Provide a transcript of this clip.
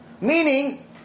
Meaning